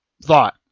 thought